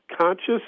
Conscious